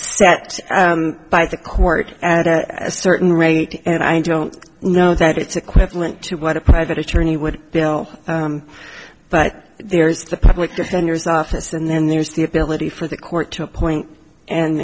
set by the court at a certain rate and i don't know that it's equivalent to what a private attorney would tell but there is the public defender's office and then there's the ability for the court to appoint and